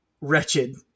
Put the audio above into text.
wretched